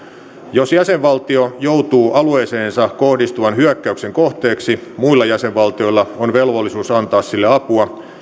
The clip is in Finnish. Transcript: jos jäsenvaltio joutuu alueeseensa kohdistuvan hyökkäyksen kohteeksi muilla jäsenvaltioilla on velvollisuus antaa sille apua